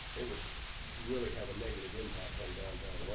it would really have a negative impact on downtown.